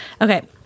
Okay